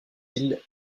îles